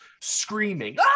screaming